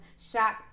Shop